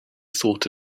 thought